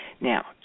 Now